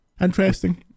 Interesting